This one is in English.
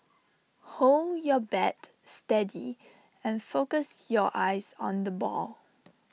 hold your bat steady and focus your eyes on the ball